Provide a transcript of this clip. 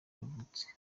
yavutse